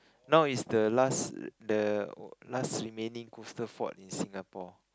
now is the last the last remaining coastal fort in Singapore